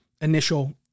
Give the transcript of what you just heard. initial